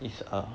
it's a